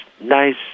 nice